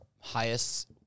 highest